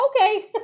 Okay